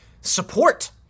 support